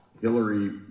Hillary